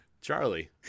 Charlie